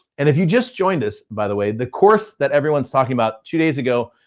and if you just joined us, by the way, the course that everyone's talking about two days ago,